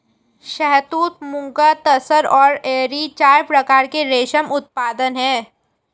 शहतूत, मुगा, तसर और एरी चार प्रकार के रेशम उत्पादन हैं